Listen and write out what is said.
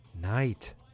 Night